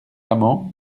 amans